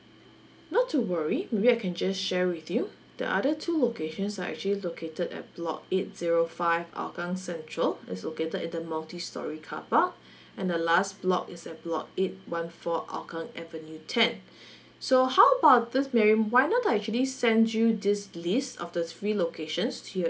not to worry maybe I can just share with you the other two locations are actually located at block eight zero five hougang central is located in the multistorey carpark and the last block is at block eight one four hougang avenue ten so how about this mary why not I actually send you this list of the three locations to your